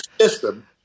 system